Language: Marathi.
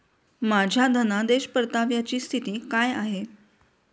माझ्या धनादेश परताव्याची स्थिती काय आहे?